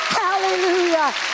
hallelujah